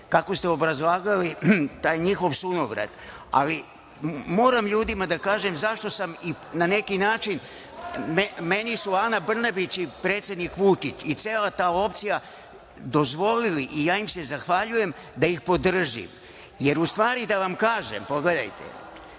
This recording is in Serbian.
kako ste obrazlagali taj njihov sunovrat, ali moram ljudima da kažem zašto sam, na neki način, meni su Ana Brnabić i predsednik Vučić i cela ta opcija dozvolili i ja im se zahvaljujem da ih podržim. Jer, u stvari, većina ljudi